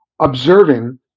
observing